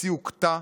ארצי הוכתה,